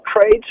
trade